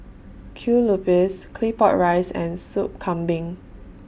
Kue Lupis Claypot Rice and Sup Kambing